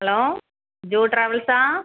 hello ஜோ ட்ராவல்ஸா